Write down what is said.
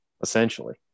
essentially